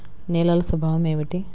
నేలల స్వభావం ఏమిటీ?